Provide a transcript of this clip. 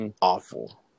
awful